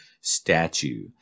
statue